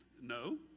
No